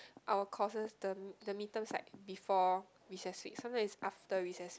our courses the the mid terms like before recess week sometimes is after recess week